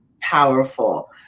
powerful